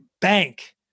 bank